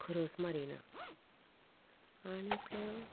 खरस मारिना आनीक